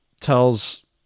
tells